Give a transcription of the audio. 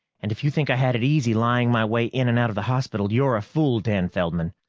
and if you think i had it easy lying my way in and out of the hospital, you're a fool, dan feldman.